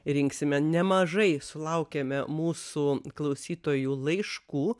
rinksime nemažai sulaukiame mūsų klausytojų laiškų